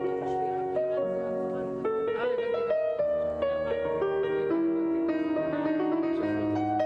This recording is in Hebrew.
בוקר טוב, חברי הכנסת שמכבדים אותנו